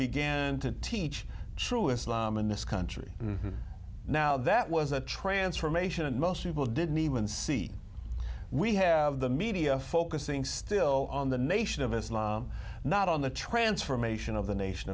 began to teach true islam in this country now that was a transformation and most people didn't even see we have the media focusing still on the nation of islam not on the transformation of the nation